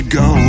go